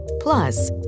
Plus